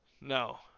No